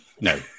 No